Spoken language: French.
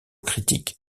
critique